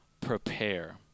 prepare